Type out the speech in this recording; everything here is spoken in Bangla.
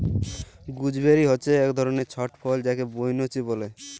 গুজবেরি হচ্যে এক ধরলের ছট ফল যাকে বৈনচি ব্যলে